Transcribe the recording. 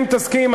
אם תסכים,